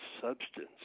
substance